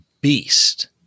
beast